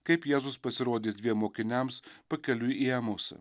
kaip jėzus pasirodys dviem mokiniams pakeliui į emosą